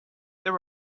there